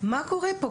מה קורה פה,